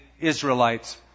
Israelites